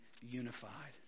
unified